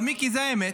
אבל מיקי, זו האמת.